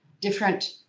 different